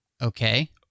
Okay